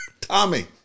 Tommy